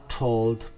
told